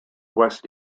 west